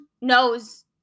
knows